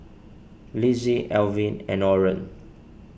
Lizzie Elvin and Orren